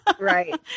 Right